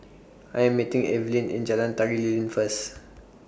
I Am meeting Evelyn in Jalan Tari Lilin First